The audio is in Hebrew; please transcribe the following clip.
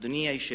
אדוני היושב-ראש,